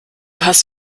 hast